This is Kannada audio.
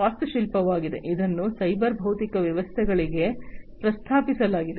ವಾಸ್ತುಶಿಲ್ಪವಾಗಿದೆ ಇದನ್ನು ಸೈಬರ್ ಭೌತಿಕ ವ್ಯವಸ್ಥೆಗಳಿಗೆ ಪ್ರಸ್ತಾಪಿಸಲಾಗಿದೆ